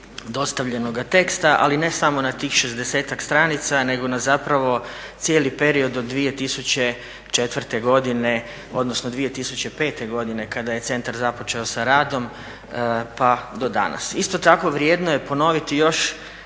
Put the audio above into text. dostavljenoga teksta, ali ne samo na tih 60-ak stranica nego na zapravo cijeli period od 2004. godine, odnosno 2005. godine kada je centar započeo sa radom pa do danas. Isto tako vrijedno je ponoviti još